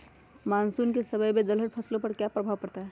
Monsoon के समय में दलहन फसलो पर क्या प्रभाव पड़ता हैँ?